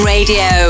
Radio